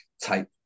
type